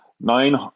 nine